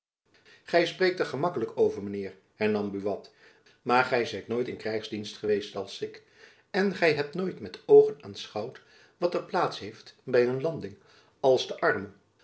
gy spreekt er gemakkelijk over mijn heer hernam buat maar gy zijt nooit in krijgsdienst gejacob van lennep elizabeth musch weest als ik en gy hebt nooit met oogen aanschouwd wat er plaats heeft by een landing als de arme